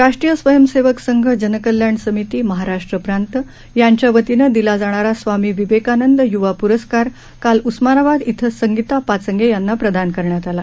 राष्ट्रीय स्वयंसेवक संघ जनकल्याण समिती महाराष्ट्र प्रांत यांच्या वतीनं दिला जाणारा स्वामी विवेकानंद युवा पुरस्कार काल उस्मानाबाद इथं संगीता पाचंगे यांना प्रदान करण्यात आला